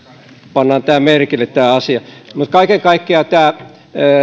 pannaan merkille tämä asia mutta kaiken kaikkiaan tämä